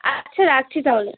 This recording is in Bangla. আচ্ছা রাখছি তাহলে